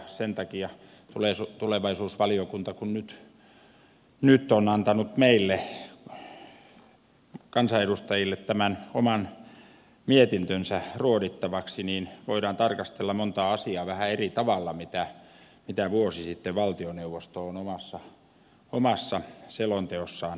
sen takia tulevaisuusvaliokunta kun nyt on antanut meille kansanedustajille tämän oman mietintönsä ruodittavaksi voidaan tarkastella montaa asiaa vähän eri tavalla kuin vuosi sitten valtioneuvosto on omassa selonteossaan tarkastellut